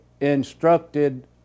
instructed